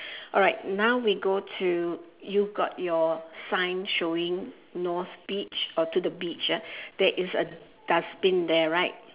alright now we go to you got your sign showing north beach or to the beach ah there is a dustbin there right